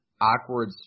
awkward